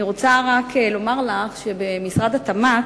אני רוצה רק לומר לך שבמשרד התמ"ת,